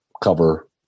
cover